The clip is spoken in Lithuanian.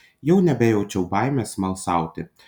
jau nebejaučiau baimės smalsauti